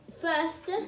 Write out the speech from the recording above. first